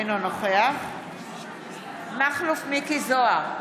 אינו נוכח מכלוף מיקי זוהר,